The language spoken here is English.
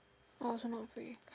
I also not free